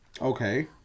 Okay